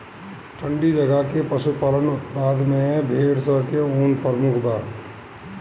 ठंडी जगह के पशुपालन उत्पाद में भेड़ स के ऊन प्रमुख बा